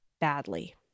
Badly